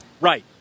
Right